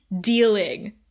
dealing